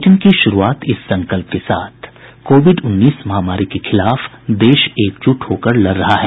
bulletin की शुरूआत इस संकल्प के साथ कोविड उन्नीस महामारी के खिलाफ देश एकजुट होकर लड़ रहा है